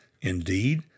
Indeed